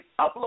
upload